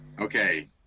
Okay